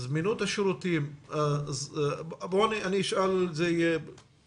וזמינות השירותים הן סוגיות חשובות שכל הזמן עולות.